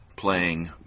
playing